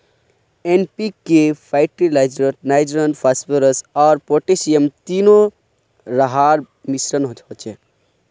NPK फ़र्टिलाइज़रोत nitrogen, phosphorus आर potassium तीनो रहार मिश्रण होचे